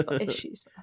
issues